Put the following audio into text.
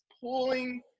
pulling